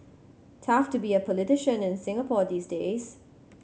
tough to be a politician in Singapore these days